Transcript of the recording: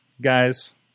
guys